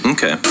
Okay